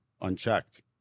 unchecked